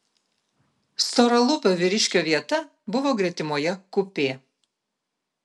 storalūpio vyriškio vieta buvo gretimoje kupė